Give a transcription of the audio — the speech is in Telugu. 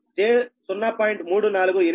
3486 p